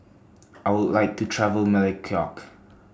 I Would like to travel Melekeok